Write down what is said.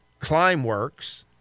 Climeworks